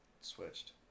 switched